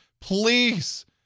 Please